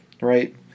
Right